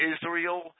Israel